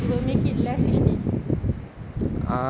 they will make it less H_D